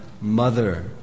mother